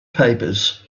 papers